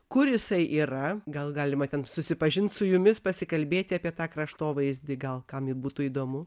kur jisai yra gal galima ten susipažinti su jumis pasikalbėti apie tą kraštovaizdį gal kam būtų įdomu